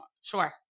Sure